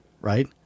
right